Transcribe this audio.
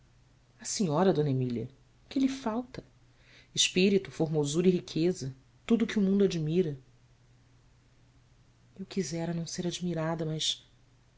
a senhora d emília que lhe falta espírito formosura e riqueza tudo que o mundo admira u quisera não ser admirada mas